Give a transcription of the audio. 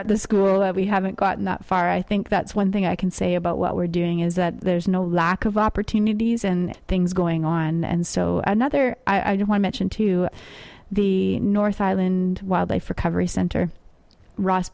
at the school that we haven't gotten that far i think that's one thing i can say about what we're doing is that there's no lack of opportunities and things going on and so another i don't want mention to the north island while they for cover a center ross